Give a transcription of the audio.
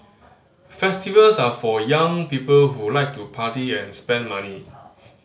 festivals are for young people who like to party and spend money